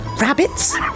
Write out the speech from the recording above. rabbits